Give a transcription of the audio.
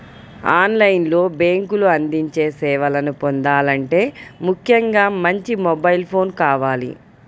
on line లో బ్యేంకులు అందించే సేవలను పొందాలంటే ముఖ్యంగా మంచి మొబైల్ ఫోన్ కావాలి